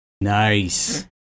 Nice